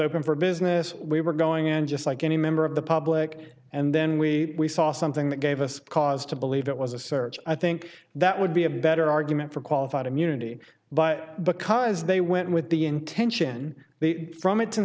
open for business we were going in just like any member of the public and then we saw something that gave us cause to believe it was a search i think that would be a better argument for qualified immunity but because they went in with the intention the from it